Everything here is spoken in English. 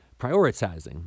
prioritizing